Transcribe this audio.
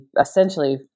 essentially